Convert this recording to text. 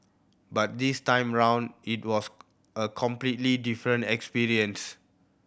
but this time around it was a completely different experience